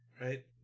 Right